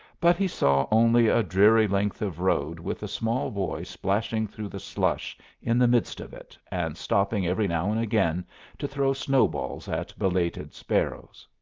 but he saw only a dreary length of road with a small boy splashing through the slush in the midst of it and stopping every now and again to throw snowballs at belated sparrows.